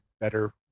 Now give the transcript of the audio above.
better